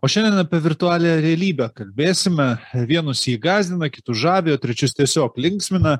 o šiandien apie virtualią realybę kalbėsime vienus ji gąsdina kitus žavi o trečius tiesiog linksmina